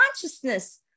consciousness